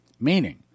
Meaning